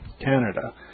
Canada